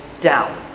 down